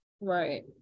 Right